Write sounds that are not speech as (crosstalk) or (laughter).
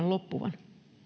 (unintelligible) loppuvan